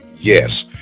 Yes